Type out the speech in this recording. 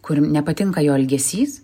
kur nepatinka jo elgesys